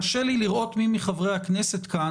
קשה לי לראות מי מחברי הכנסת כאן,